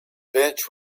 bench